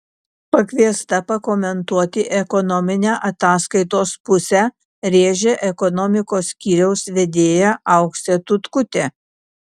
pakviesta pakomentuoti ekonominę ataskaitos pusę rėžė ekonomikos skyriaus vedėja auksė tutkutė